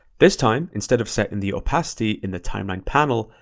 this time, instead of setting the opacity in the timeline panel,